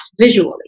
visually